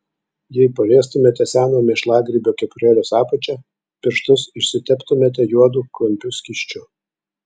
jei paliestumėte seno mėšlagrybio kepurėlės apačią pirštus išsiteptumėte juodu klampiu skysčiu